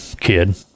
kid